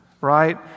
right